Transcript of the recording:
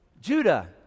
Judah